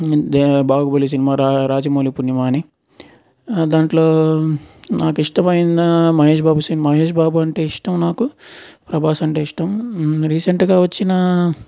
ఇదే బాహుబలి సినిమా రాజమౌళి పుణ్యమా అని దాంట్లో నాకు ఇష్టమైన మహేష్ బాబు సినిమా మహేష్ బాబు అంటే ఇష్టం నాకు ప్రభాస్ అంటే ఇష్టం రీసెంట్గా వచ్చిన